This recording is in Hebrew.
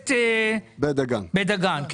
מועצת בית דגן.